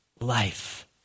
life